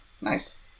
Nice